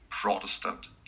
Protestant